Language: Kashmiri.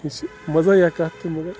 یہِ چھِ مَزٲیہ کَتھ تہِ مگر